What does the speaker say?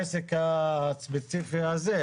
כמובן לעסק הספציפי הזה.